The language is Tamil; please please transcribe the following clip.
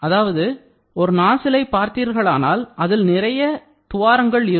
அதாவது ஒரு நாசிலை பார்த்தீர்களானால் அதில் நிறைய துவாரங்கள் இருக்கும்